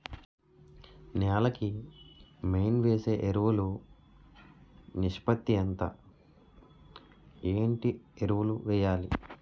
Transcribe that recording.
నేల కి మెయిన్ వేసే ఎరువులు నిష్పత్తి ఎంత? ఏంటి ఎరువుల వేయాలి?